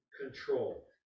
control